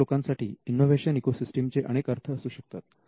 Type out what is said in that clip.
अनेक लोकांसाठी innovation ecosystem चे अनेक अर्थ असू शकतात